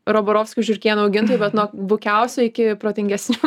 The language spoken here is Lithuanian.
roborovskio žiurkėnų augintojų bet nuo bukiausio iki protingesnių